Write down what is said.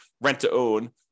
rent-to-own